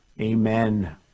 Amen